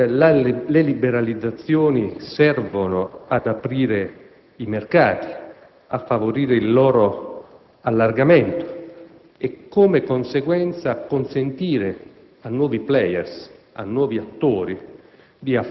le liberalizzazioni servono ad aprire i mercati, a favorirne l'allargamento e, di conseguenza, a consentire a nuovi *players*, a nuovi attori